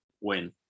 win